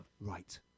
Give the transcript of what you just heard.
Right